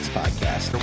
podcast